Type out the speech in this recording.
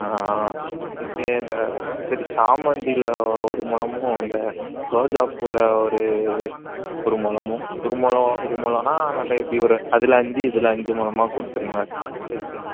ஆ okay இந்த சரி சாமந்தியில் ஒரு மூழமும் அந்த ரோஜாப்பூவில் ஒரு ஒரு மூழமும் ஒரு மூழம் ஒரு மூழன்னா வேண்ட எப்படி ஒரு அதில் அஞ்சு இதில் அஞ்சு மூழமா கொடுத்துருங்க சரி சே